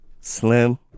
Slim